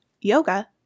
Yoga